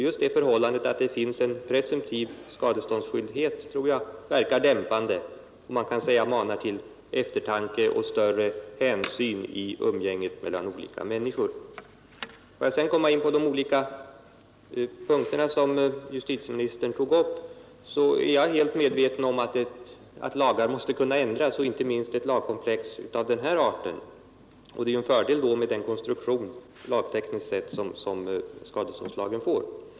Just det förhållandet att det finns en presumtiv skadeståndsskyldighet tror jag verkar dämpande och manar till eftertanke och större hänsyn i umgänget mellan olika människor. Får jag sedan komma in på de olika punkter som justitieministern tog upp så är jag helt medveten om att lagar måste kunna ändras, inte minst lagkomplex av den här arten, och det är ju då en fördel med den konstruktion lagtekniskt sett som skadeståndslagen får.